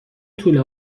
توله